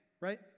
right